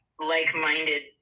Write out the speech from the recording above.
like-minded